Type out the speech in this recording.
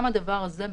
גם הדבר הזה,